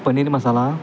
paneer masala